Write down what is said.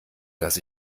dass